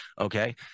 Okay